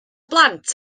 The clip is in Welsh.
blant